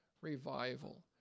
revival